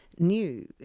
knew,